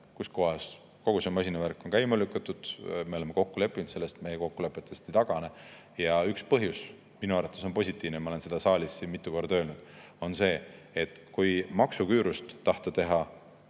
kus kohas kogu see masinavärk on käima lükatud, me oleme kokku leppinud selles ja meie kokkulepetest ei tagane. Ja üks põhjus minu arvates on positiivne ja ma olen seda siin saalis mitu korda öelnud: see on see, et kui maksuküürust tahta teha